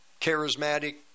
charismatic